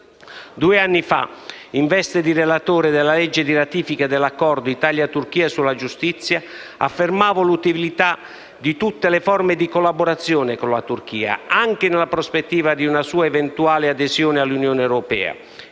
Due anni fa, in veste di relatore della legge di ratifica dell'Accordo tra Italia e Turchia sulla giustizia, ho affermato l'utilità di tutte le forme di collaborazione con la Turchia, anche nella prospettiva di una sua eventuale adesione all'Unione europea,